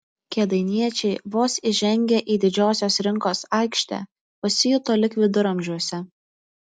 kėdainiečiai vos įžengę į didžiosios rinkos aikštę pasijuto lyg viduramžiuose